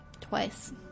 twice